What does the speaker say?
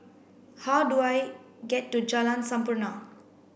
how do I get to Jalan Sampurna